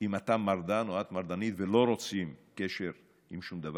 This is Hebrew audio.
אם אתה מרדן או את מרדנית ולא רוצים קשר עם שום דבר.